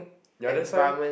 yeah that's why